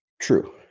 True